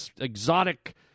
exotic